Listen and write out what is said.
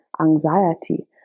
anxiety